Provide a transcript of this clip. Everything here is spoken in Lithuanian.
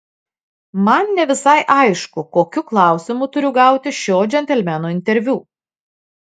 man ne visai aišku kokiu klausimu turiu gauti šio džentelmeno interviu